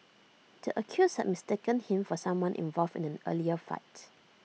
the accused had mistaken him for someone involved in an earlier fight